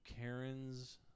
Karens